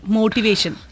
motivation